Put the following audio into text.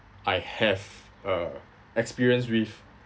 I have uh experience with